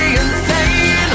insane